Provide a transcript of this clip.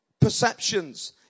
Perceptions